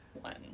One